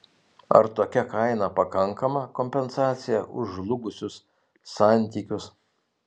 ar tokia kaina pakankama kompensacija už žlugusius santykius